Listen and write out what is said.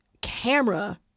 camera